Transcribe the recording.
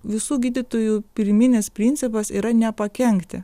visų gydytojų pirminis principas yra nepakenkti